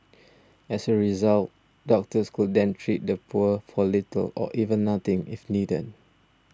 as a result doctors could then treat the poor for little or even nothing if needed